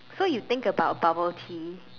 so you think about bubble tea